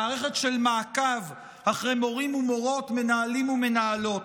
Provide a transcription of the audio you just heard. מערכת של מעקב אחרי מורים ומורות, מנהלים ומנהלות.